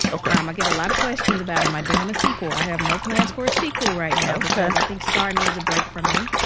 ok i um i get a lot of questions about, am i doing a sequel? i have no plans for a sequel right now. ok. because i think starr needs a break from me